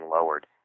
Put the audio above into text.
lowered